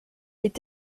est